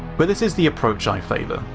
but this is the approach i favour,